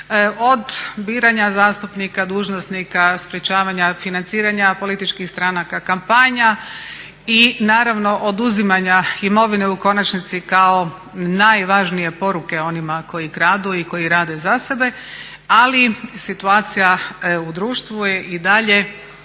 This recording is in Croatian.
od biranja zastupnika, dužnosnika, sprječavanja financiranja političkih stranka, kampanja i naravno oduzimanja imovine u konačnici kao najvažnije poruke onima koji kradu i koji rade za sebe ali situacija u društvu je i dalje